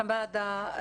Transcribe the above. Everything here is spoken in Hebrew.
חמאדה,